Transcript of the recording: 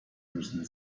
müssen